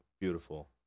beautiful